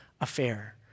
affair